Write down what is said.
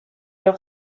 leur